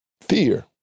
Fear